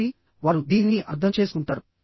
కాబట్టి వారు మీరు దీనిని అర్థం చేసుకుంటారు